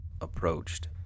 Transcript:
approached